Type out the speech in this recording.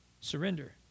Surrender